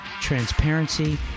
transparency